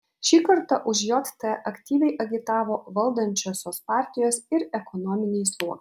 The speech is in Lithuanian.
šį kartą už jt aktyviai agitavo valdančiosios partijos ir ekonominiai sluoksniai